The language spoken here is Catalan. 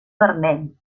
vermell